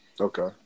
Okay